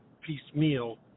piecemeal